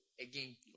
again